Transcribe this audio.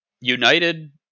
United